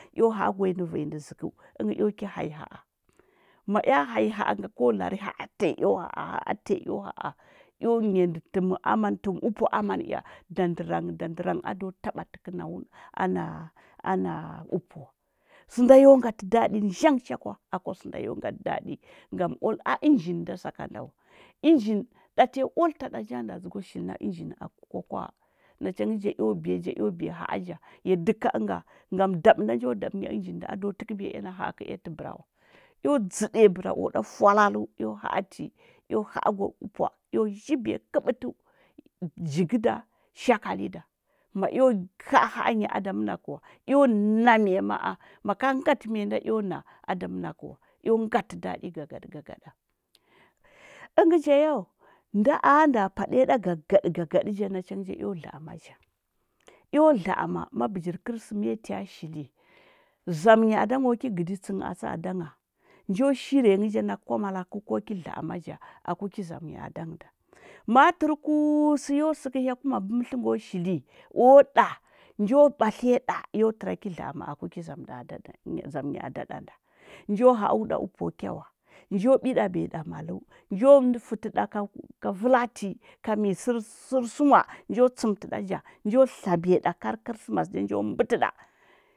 Ɛo ha’agwanyi nɚ vanya nɚ nɗɚ zɚkɚu ɚngɚ eo ki hanyi ha’a ma ea hanyi haa nga ko lari ha’a tanyi eo ha’aha’a tanyi eo ha’a, eo nyandi tɚm aman tɚm tipu aman ea dandɚrang dandɚrang ado taɓa tɚkɚna wunɚ ana ana apu wa sɚnda yo ngati ɗaɗi zhang cha kwa aku sɚnda yo ngti daɗi ngam a ɚnjin da sakanda wa ɚnjin, ɗatiya ual taɗa nja nda dzɚgwa shili na ɚnyin aku kwakwa’a nachangɚ ja eo biya ja eo biya ha’a ja, ya dɚhɚ ka ɚnga ngam ɗabə nda njo ɗaba nya ənji nda aɗo təkəbiya e ana ha’a kəea tə ɓəra we. Eo ɗzədiya bəra o da fwalaləu, eo ha’ati eo ha’agwa upwa, eo zhibiya kəbəteu, jigə da, shakali ɗa ma eo ha’a haanyi aɗa mənakə wa eo na miya ma’a maka ngati miya nɗa eon a aɗa mənakə wa, eo ngati ɗaɗi gagaɗe gagada əngə ja yo, nɗa a nɗa paɗəya ɗa gagaɗə gagaɗa ya nachangə ja eo ɗa’ama ja eo ɗla’ama, ma bijir kərsəmeti shili zamənya aɗa ngo ki gəditsənghə atsa aɗa ngha njo shiri ya nghə atsa ada ngha, njo shiri ya nghə ja naka kwamalakəu ko ki la’ama ja aki ki zamənya ada nhhja nda, mabə mətlə nga shili o da njo batiya ɗa yo təra ki sla’ama a ki zamənya ɗa aɗa zamə nya aɗa ɗa nda njo ha’au ɗa upu kyawa njo ɓiɗabiya da maləu, njo fətə ka vəla ti sər səma njo tsəmə təɗa ja, njo tlabiya da kara kəresəmas ja njo mbətəda.